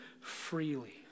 freely